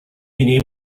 been